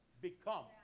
become